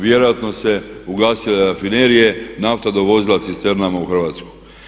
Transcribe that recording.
Vjerojatno se ugasile rafinerije, nafta dovozila cisternama u Hrvatsku.